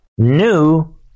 New